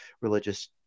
religious